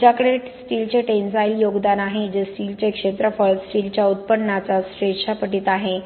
तुमच्याकडे स्टीलचे टेनसाईल योगदान आहे जे स्टीलचे क्षेत्रफळ स्टीलच्या उत्पन्नाच्या स्ट्रेसच्या पटीत आहे